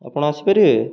ଆପଣ ଆସିପାରିବେ